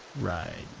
right.